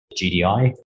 GDI